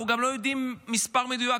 אנחנו גם לא יודעים מספר מדויק,